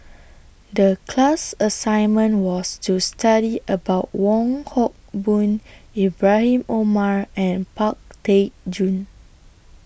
The class assignment was to study about Wong Hock Boon Ibrahim Omar and Pang Teck Joon